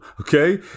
Okay